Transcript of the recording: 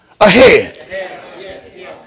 ahead